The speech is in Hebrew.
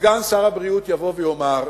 סגן שר הבריאות יבוא ויאמר: